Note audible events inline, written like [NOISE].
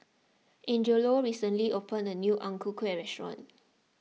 Angelo recently opened a new Ang Ku Kueh restaurant [NOISE]